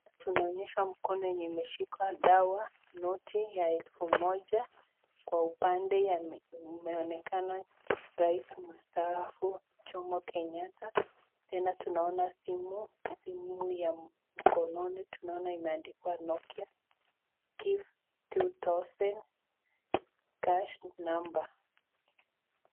Hapa tunaonyeshwa mkono yenye imeshika dawa, noti ya elfu moja. Kwa upande inaonekana raisi mstaafu Jomo Kenyatta. Tena tunaona simu, simu ya mkononi. Tunaona imeandikwa Nokia, [give two thousand cash number]